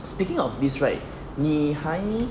speaking of this right 你还